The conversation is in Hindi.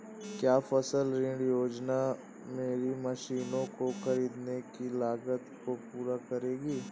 क्या फसल ऋण योजना मेरी मशीनों को ख़रीदने की लागत को पूरा करेगी?